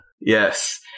Yes